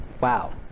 wow